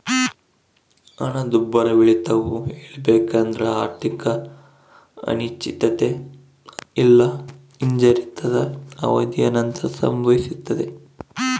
ಹಣದುಬ್ಬರವಿಳಿತವು ಹೇಳಬೇಕೆಂದ್ರ ಆರ್ಥಿಕ ಅನಿಶ್ಚಿತತೆ ಇಲ್ಲಾ ಹಿಂಜರಿತದ ಅವಧಿಯ ನಂತರ ಸಂಭವಿಸ್ತದೆ